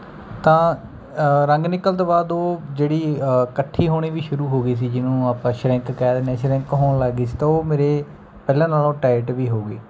ਤਾਂ ਰੰਗ ਨਿਕਲਣ ਤੋਂ ਬਾਅਦ ਉਹ ਜਿਹੜੀ ਇਕੱਠੀ ਹੋਣੀ ਵੀ ਸ਼ੁਰੂ ਹੋ ਗਈ ਸੀ ਜਿਹਨੂੰ ਆਪਾਂ ਸ਼ਰਿੰਕ ਕਹਿ ਦਿੰਦੇ ਸ਼ਰਿੰਕ ਹੋਣ ਲੱਗ ਗਈ ਸੀ ਤਾਂ ਉਹ ਮੇਰੇ ਪਹਿਲਾਂ ਨਾਲੋਂ ਟਾਈਟ ਵੀ ਹੋ ਗਈ